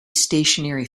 stationary